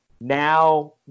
Now